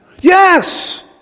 Yes